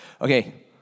Okay